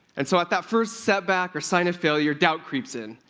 and so, at that first setback or sign of failure, doubt creeps in.